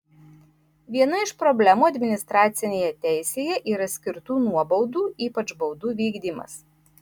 viena iš problemų administracinėje teisėje yra skirtų nuobaudų ypač baudų vykdymas